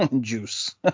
juice